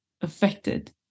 affected